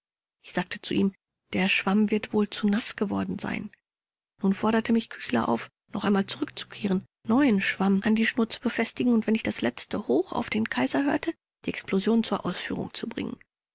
ich sagte zu ihm der schwamm wird wohl zu naß geworden sein nun forderte mich küchler auf noch einmal zurückzukehren neuen schwamm an die schnur zu befestigen und wenn ich das letzte hoch auf den kaiser hörte die explosion zur ausführung zu bringen